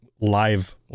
live